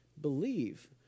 Believe